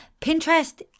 Pinterest